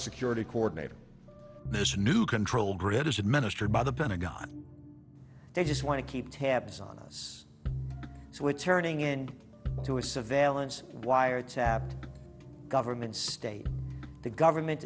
security coordinator this new control grid is administered by the pentagon they just want to keep tabs on us so it's turning in to a surveillance wiretapped government state the government